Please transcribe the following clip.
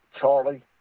Charlie